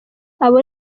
abo